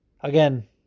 again